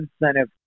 incentive